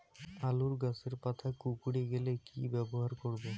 আলুর গাছের পাতা কুকরে গেলে কি ব্যবহার করব?